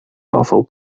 awful